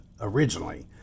originally